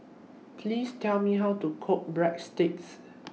Please Tell Me How to Cook Breadsticks